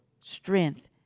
strength